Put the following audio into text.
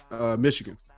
Michigan